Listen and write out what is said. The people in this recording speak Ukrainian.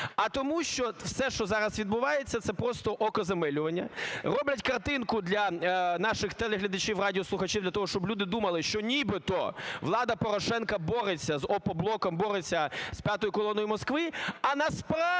А тому що все, що зараз відбувається, – це просто окозамилювання. Роблять картинку для наших телеглядачів і радіослухачів для того, щоб люди думали, що нібито влада Порошенка бореться з "Опоблоком", бореться з п'ятою колоною Москви, а насправді